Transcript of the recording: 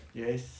yes